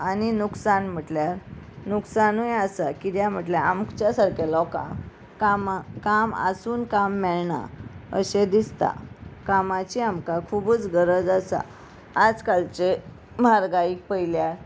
आनी नुकसान म्हटल्यार नुकसानूय आसा किद्या म्हटल्यार आमच्या सारक्या लोकांक कामा काम आसून काम मेळना अशें दिसता कामाची आमकां खुबूच गरज आसा आज कालचे म्हारगायेक पळयल्यार